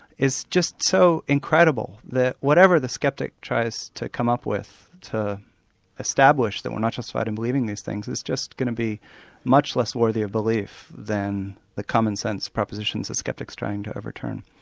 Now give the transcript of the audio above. is just so incredible that whatever the sceptic tries to come up with to establish that we're not just right in believing these things, it's just going to be much less worthy of belief than the commonsense propositions the sceptic's trying to overturn.